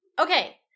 Okay